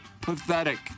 pathetic